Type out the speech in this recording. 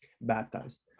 baptized